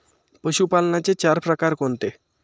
पशुपालनाचे चार प्रकार कोणते?